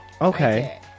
okay